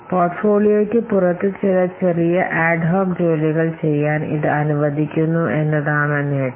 പോർട്ട്ഫോളിയോയ്ക്ക് പുറത്ത് ചില ചെറിയ അഡ്ഹോക് ജോലികൾ ചെയ്യാൻ ഇത് അനുവദിക്കുന്നു എന്നതാണ് നേട്ടം